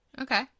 Okay